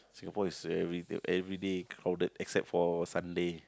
Singapore is very v~ everyday crowded except for Sunday